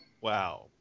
Wow